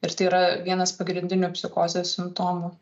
ir tai yra vienas pagrindinių psichozės simptomų